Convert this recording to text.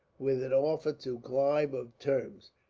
with an offer to clive of terms,